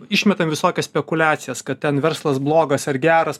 išmetam visokias spekuliacijas kad ten verslas blogas ar geras